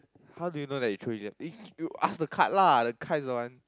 how do you know that you truly is you ask the card lah the card is the one